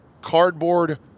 cardboard